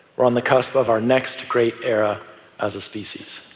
we're on the cusp of our next great era as a species.